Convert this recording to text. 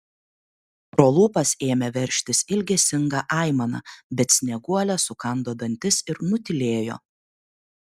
pro lūpas ėmė veržtis ilgesinga aimana bet snieguolė sukando dantis ir nutylėjo